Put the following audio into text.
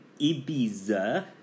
Ibiza